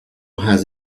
has